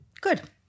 Good